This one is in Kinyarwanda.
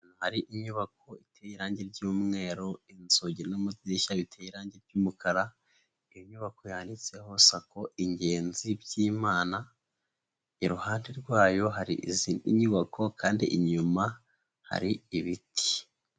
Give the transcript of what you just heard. Hari inyubako iteye irangi ryumweru inzugi n'amadirishya biteye irangi by'umukara iyi nyubako yanditseho sako ingenzi Byimana iruhande rwayo hari izindi nyubako kandi inyuma hari ibiti.